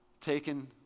taken